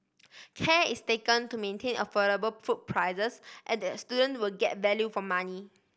care is taken to maintain affordable food prices and that student will get value for money